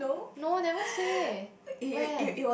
no never say when